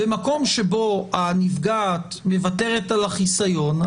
במקום שבו הנפגעת מוותרת על החיסיון,